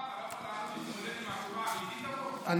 השר,